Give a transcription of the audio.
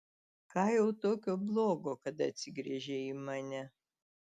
ką jau tokio blogo kad atsigręžei į mane